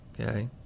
okay